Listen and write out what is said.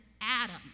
Adam